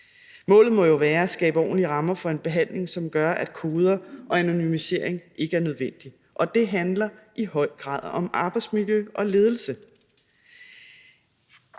Målet må jo være at skabe ordentlige rammer for en behandling, som gør, at koder og anonymisering ikke er nødvendige, og det handler i høj grad om arbejdsmiljø og ledelse.